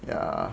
ya